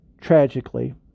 tragically